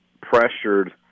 pressured